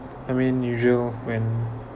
I mean usual when